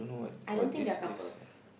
I don't think they are couples